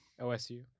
OSU